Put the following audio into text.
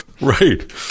Right